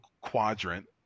quadrant